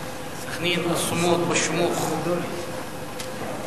העיר סח'נין, סח'נין החזקה והגאה או מדינת סח'נין.